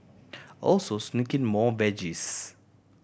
also sneak in more veggies